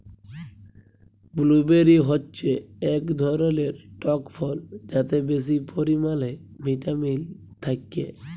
blueberry হচ্যে এক ধরলের টক ফল যাতে বেশি পরিমালে ভিটামিল থাক্যে